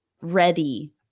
ready